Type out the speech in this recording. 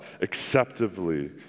acceptably